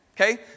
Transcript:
Okay